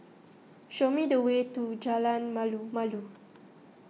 show me the way to Jalan Malu Malu